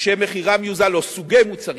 שמחירם יוזל, או סוגי מוצרים.